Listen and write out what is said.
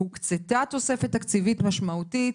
הוקצתה תוספת תקציבית משמעותית.